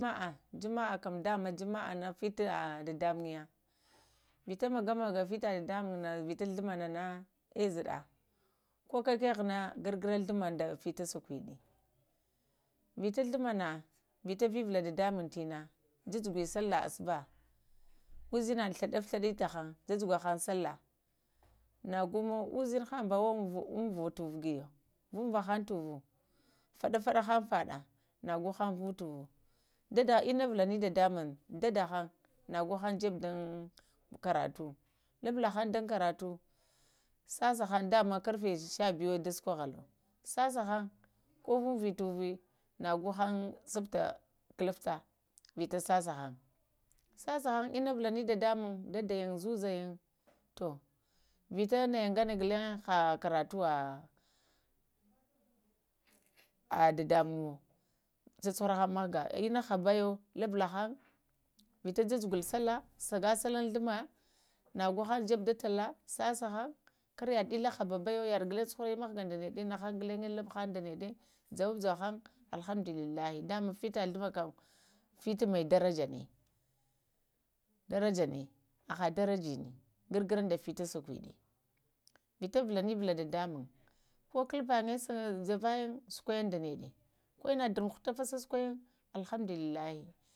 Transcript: Əeh jumma kam jumma fita dadamaŋmya vita magamaga vita dadamaŋm na vita ghlum mah nana na əe zəɗa ko kakghe əe zəɗa gargara ghjamma da vita ghjuma na vita vəvula dadamaŋm təanə na ju-jugwə sallah asubah ushinaɗa flub-fludə ta haŋ ja-jugaŋ sallah nago mo ushinha əbawadəe, əwova waɗatu uvu iyo vuvahaŋ tu uvu faɗa fadahŋ faɗa nago haŋ, na go haŋ votuvu ɗaɗa əna vulunyin dadamuŋm dada haŋ no go han jebe dan karatu lubulan han dun karatu sasa han dama karfa shabiyuwə da suƙohalo sasa han ko vuvə tuvə nago han subta klufta vita sasa han, sasahan ina vuləni dadamuŋm dada yin zəlza yən to vita nayə gana ghulaŋyə ha karatuwa əeh dadamuŋwo tsa-tsa haran mghga inna habayo lubulahan vita ja-jugul salah saga salo um glum mə na go han jabe dun talla sasa han kara ɗali haba-bayo tsuhava mghga da nəɗa, nahan ghulanə hub-han da naɗa jawu-jahan alhamduləllah da ma fita jhluma kam fətə mai daraja nə, daraja na haha darajini gar-gara da fita saƙuɗi, vita valanivula dadamŋm ko kalfa na jakayin suƙwayin da nəɗa ko na darmaka ufta fa sasulawa yin alhamduləllahə